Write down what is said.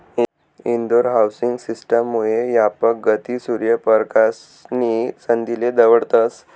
Indore housing system मुये यापक गती, सूर्य परकाश नी संधीले दवडतस